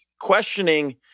questioning